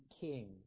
king